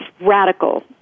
radical